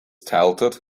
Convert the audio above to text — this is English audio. tilted